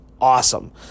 awesome